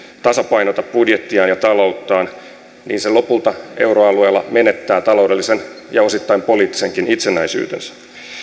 tasapainota budjettiaan ja talouttaan niin se lopulta euroalueella menettää taloudellisen ja osittain poliittisenkin itsenäisyytensä